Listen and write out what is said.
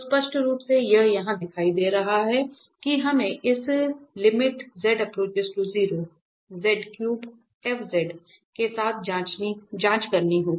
तो स्पष्ट रूप से यह यहां दिखाई दे रहा है कि हमें इस के साथ जांच करनी है